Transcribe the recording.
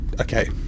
Okay